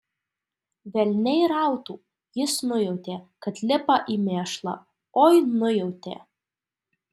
velniai rautų jis nujautė kad lipa į mėšlą oi nujautė